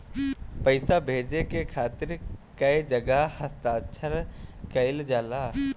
पैसा भेजे के खातिर कै जगह हस्ताक्षर कैइल जाला?